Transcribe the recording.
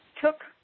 took